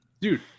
Dude